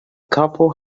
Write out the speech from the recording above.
couple